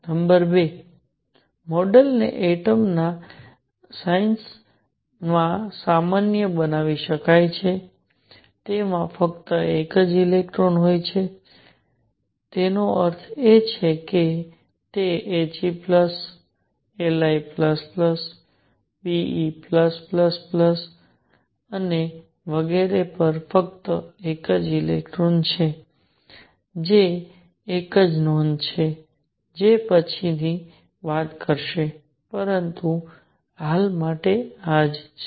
number 2 મોડેલને atoms ના ions માં સામાન્ય બનાવી શકાય છે જેમાં ફક્ત એક ઇલેક્ટ્રોન હોય છે તેનો અર્થ એ છે કે તે He Li Be અને વગેરે પર ફક્ત એક ઇલેક્ટ્રોન છે જે એક નોંધ છે જે પછીથી વાત કરશે પરંતુ હાલ માટે આ જ છે